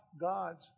God's